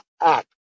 act